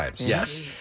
yes